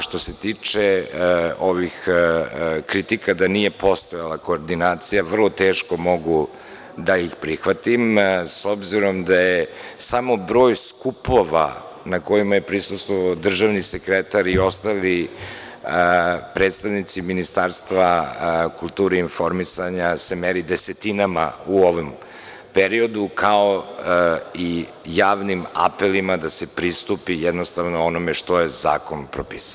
Što se tiče kritika da nije postojala koordinacija, vrlo teško mogu da ih prihvatima, s obzirom da je samo broj skupova na kojima je prisustvovao državni sekretar i ostali predstavnici Ministarstva kulture i informisanja se meri desetinama u ovom periodu, kao i javnim apelima da se pristupi onome što je zakonom propisano.